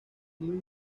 muy